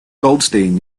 goldstein